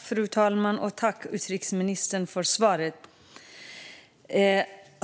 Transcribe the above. Fru talman! Jag tackar utrikesministern för svaret.